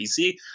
PC